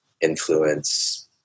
influence